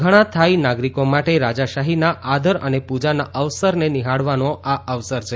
ઘણા થાઇ નાગરિકો માટે રાજાશાહીના આદર અને પ્રજાના અવસરને નિહાળવાનો આ અવસર છે